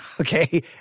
Okay